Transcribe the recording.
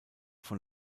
von